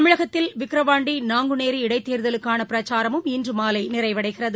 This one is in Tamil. தமிழகத்தில் விக்ரவாண்டி நாங்குநேரி இடைத்தேர்தலுக்கான பிரச்சாரம் இன்று மாலை நிறைவடைகிறது